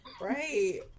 Right